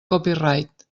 copyright